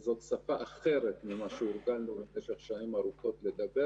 זה שבמשרד החוץ יש את קשת,